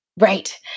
Right